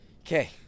Okay